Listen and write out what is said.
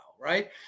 right